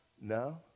No